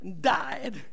died